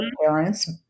parents